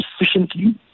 efficiently